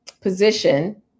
position